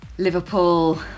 Liverpool